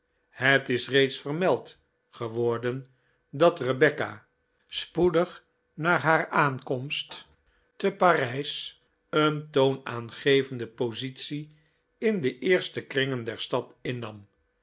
het is reeds vermeld geworden dat rebecca spoedig na haar aankomst te parijs een toonaangevende positie in de eerste kringen der stad innam